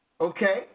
Okay